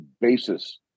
basis